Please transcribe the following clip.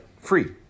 Free